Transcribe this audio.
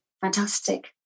fantastic